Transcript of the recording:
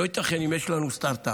לא ייתכן שאם יש לנו סטרטאפ